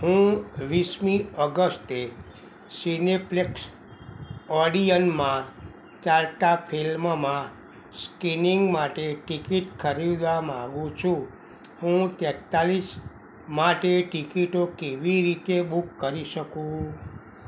હું વીસમી ઓગસ્ટે સિનેપ્લેક્સ ઓડિયનમાં ચાલતા ફિલ્મમાં સ્ક્રિનિંગ માટે ટિકિટ ખરીદવા માગું છું હું તેંતાલીસ માટે ટિકિટો કેવી રીતે બુક કરી શકું